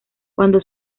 cuando